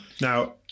Now